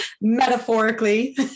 metaphorically